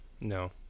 no